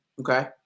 Okay